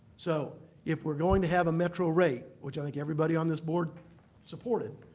so if we're going to have a metro rate, which i think everybody on this board supported,